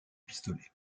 pistolet